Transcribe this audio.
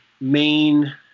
main